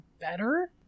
better